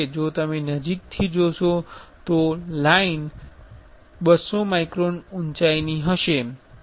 જો તમે નજીકથી જોશો તો લાઈન 200 માઇક્રોન ઉંચાઇની હશે